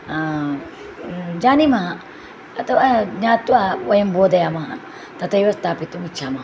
जानीमः अत्व ज्ञात्वा वयं बोधयामः तथैव स्थापितुम् इच्छामः